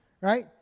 right